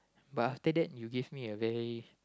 but after that you gave me a very